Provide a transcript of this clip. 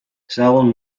salim